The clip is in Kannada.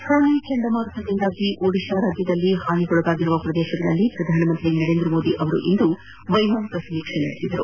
ಫೋನಿ ಚಂಡಮಾರುತದಿಂದಾಗಿ ಒಡಿಶಾದಲ್ಲಿ ಹಾನಿಗೊಳಗಾದ ಪ್ರದೇಶಗಳಲ್ಲಿ ಪ್ರಧಾನಮಂತ್ರಿ ನರೇಂದ್ರ ಮೋದಿ ಇಂದು ವೈಮಾನಿಕ ಸಮೀಕ್ಷೆ ನಡೆಸಿದರು